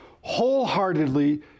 wholeheartedly